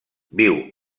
viu